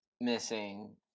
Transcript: missing